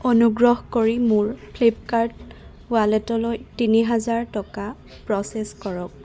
অনুগ্ৰহ কৰি মোৰ ফ্লিপকাৰ্ট ৱালেটলৈ তিনি হাজাৰ টকা প্ৰ'চেছ কৰক